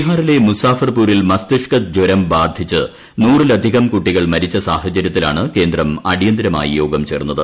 ബീഹാറിലെ മുസാഫർപൂരിൽ മസ്തിഷ്കജ്വരം ബാധിച്ച് നൂറിലധികം കുട്ടികൾ മരിച്ച സാഹചര്യത്തിലാണ് കേന്ദ്രം അടിയന്തരമായി യോഗം ചേർന്നത്